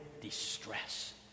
distress